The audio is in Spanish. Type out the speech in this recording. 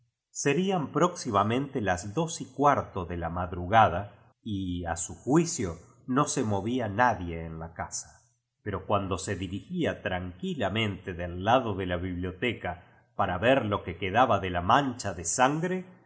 serían próximamente las dos y cuarto de la madrugada y a su juicio no se movía nadie en la casa pero cuando se dirigía tran quilamente del lado de la biblioteca para ver lo que quedaba de la mancha de sangre